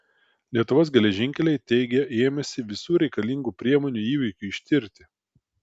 lietuvos geležinkeliai teigia ėmęsi visų reikalingų priemonių įvykiui ištirti